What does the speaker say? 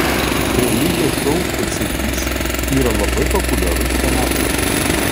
realybės šou pėdsekys yra labai populiarus kanadoje